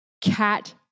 cat